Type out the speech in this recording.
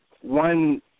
One